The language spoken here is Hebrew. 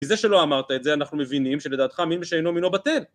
בזה שלא אמרת את זה אנחנו מבינים שלדעתך מי משיינו מינו בתן